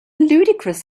ludicrous